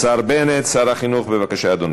אדוני.